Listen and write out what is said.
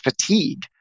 fatigue